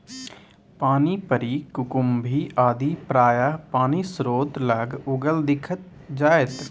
पानिपरी कुकुम्भी आदि प्रायः पानिस्रोत लग उगल दिख जाएत